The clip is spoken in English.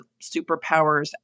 superpowers